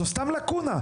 זאת סתם לקונה.